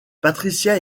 patricia